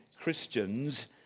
Christians